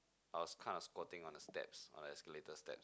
I was kinda squatting on the steps on escalator steps